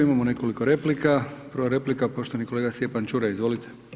Imamo nekoliko replika, prva replika poštovani kolega Stjepan Čuraj, izvolite.